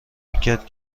میکرد